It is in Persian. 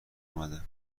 اومده